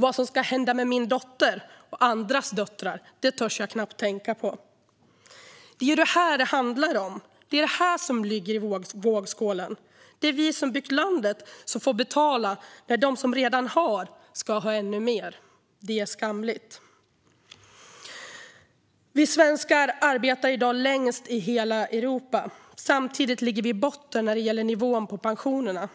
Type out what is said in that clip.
Vad som ska hända med min dotter och andras döttrar törs jag knappt tänka på. Det är detta det handlar om. Det är detta som ligger i vågskålen. Det är vi som byggt landet som får betala när de som redan har ska ha ännu mer. Det är skamligt. Vi svenskar arbetar i dag längst i hela Europa. Samtidigt ligger vi i botten när det gäller nivån på pensionerna.